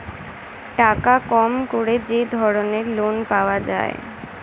টাকা কম করে যে ধরনের লোন পাওয়া যায়